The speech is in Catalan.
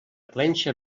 clenxa